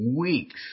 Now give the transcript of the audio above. weeks